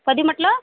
कधी म्हटलं